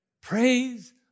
Praise